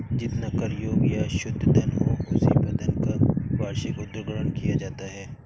जितना कर योग्य या शुद्ध धन हो, उसी पर धनकर का वार्षिक उद्ग्रहण किया जाता है